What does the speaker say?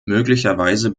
möglicherweise